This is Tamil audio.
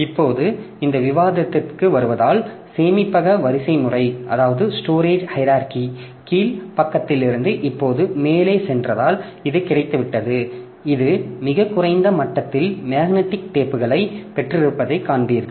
இப்போது இந்த விவாதத்திற்கு வருவதால் சேமிப்பக வரிசைமுறை கீழ் பக்கத்திலிருந்து இப்போது மேலே சென்றதால் இது கிடைத்துவிட்டது இது மிகக் குறைந்த மட்டத்தில் மேக்னெட்டிக் டேப்க்களை பெற்றிருப்பதை காண்பீர்கள்